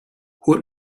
holt